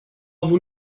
avut